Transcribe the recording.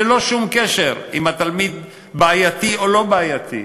ללא שום קשר אם התלמיד בעייתי או לא בעייתי.